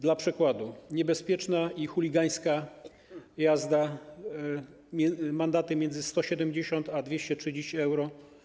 Dla przykładu, za niebezpieczną i chuligańską jazdę - mandat między 170 euro a 230 euro.